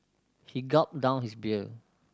he gulped down his beer